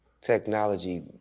technology